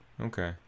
okay